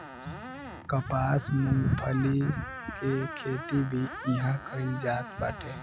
कपास, मूंगफली के खेती भी इहां कईल जात बाटे